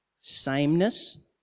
sameness